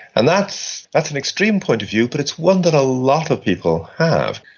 and that's that's an extreme point of view but it's one that a lot of people have.